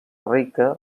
rica